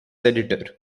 editor